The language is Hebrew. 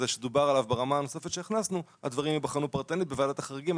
שדובר עליו ברמה הנוספת שהכנסנו הדברים ייבחנו פרטנית בוועדת החריגים.